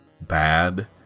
...bad